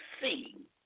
see